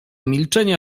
milczenia